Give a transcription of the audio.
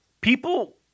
People